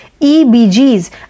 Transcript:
EBGs